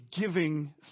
giving